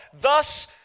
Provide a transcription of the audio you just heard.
Thus